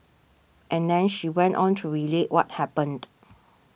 and then she went on to relate what happened